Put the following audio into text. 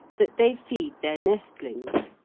that they feed their nestlings.